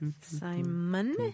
Simon